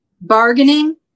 bargaining